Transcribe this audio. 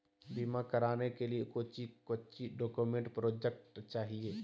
बीमा कराने के लिए कोच्चि कोच्चि डॉक्यूमेंट प्रोजेक्ट चाहिए?